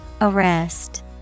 Arrest